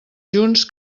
junts